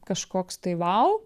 kažkoks tai vau